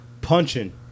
punching